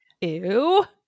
ew